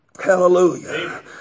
Hallelujah